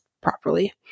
properly